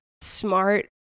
smart